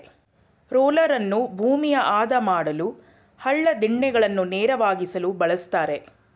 ರೋಲರನ್ನು ಭೂಮಿಯ ಆದ ಮಾಡಲು, ಹಳ್ಳ ದಿಣ್ಣೆಗಳನ್ನು ನೇರವಾಗಿಸಲು ಬಳ್ಸತ್ತರೆ